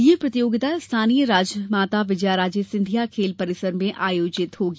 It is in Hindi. यह प्रतियोगिता स्थानीय राजमाता विजयाराजे सिंधिया खेल परिसर में आयोजित होगी